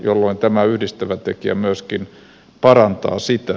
silloin tämä yhdistävä tekijä myöskin parantaa sitä